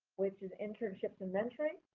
which is internships and mentoring.